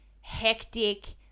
hectic